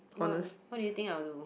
what what would you think I would do